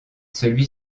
celui